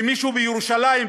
שמישהו בירושלים,